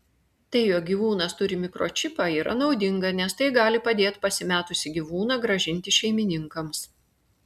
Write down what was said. tai jog gyvūnas turi mikročipą yra naudinga nes tai gali padėt pasimetusį gyvūną grąžinti šeimininkams